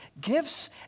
gifts